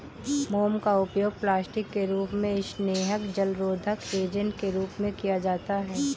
मोम का उपयोग प्लास्टिक के रूप में, स्नेहक, जलरोधक एजेंट के रूप में किया जाता है